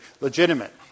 legitimate